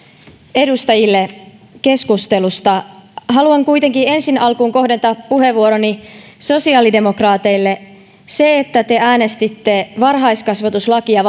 edustajille keskustelusta haluan kuitenkin ensi alkuun kohdentaa puheenvuoroni sosiaalidemokraateille se että te äänestitte varhaiskasvatuslakia